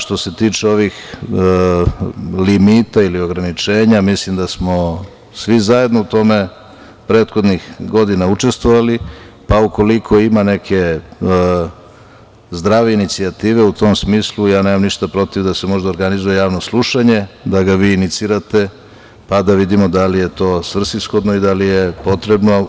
Što se tiče limita ili ograničenja, mislim da smo svi zajedno u tome prethodnih godina učestvovali, pa ukoliko ima neke zdrave inicijative u tom smislu, ja nemam ništa protiv da se možda organizuje javno slušanje, da ga vi inicirate pa da vidimo da li je to svrsishodno i da li je potrebno.